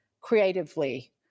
creatively